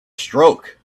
stroke